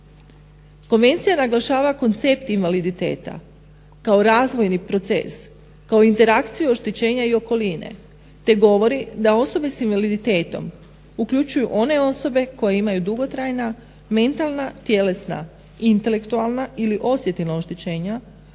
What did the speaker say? Konvencija naglašava koncept invaliditeta kao razvoji proces, kao interakciju oštećenja i okoline te govori da osobe s invaliditetom uključuju one osobe koje imaju dugotrajna, mentalna, tjelesna, intelektualna ili osjetilna oštećenja